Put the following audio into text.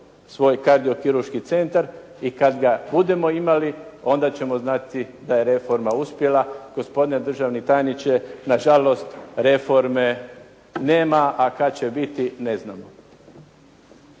svoj kardiokirurški centar i kada ga budemo imali onda ćemo znati da je reforma uspjela. Gospodine državni tajniče na žalost reforme nema, a kad će biti ne znamo.